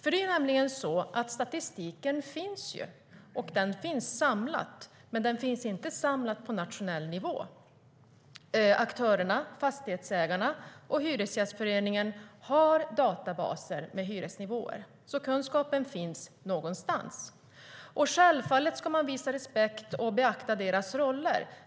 "Statistiken finns nämligen, och den finns samlad. Men den finns inte samlad på nationell nivå. Aktörerna - fastighetsägarna och Hyresgästföreningen - har databaser med hyresnivåer. Kunskapen finns alltså någonstans. Men självfallet ska man visa respekt och beakta deras roller.